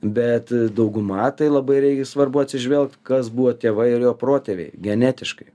bet dauguma tai labai rei svarbu atsižvelgt kas buvo jo tėvai ir jo protėviai genetiškai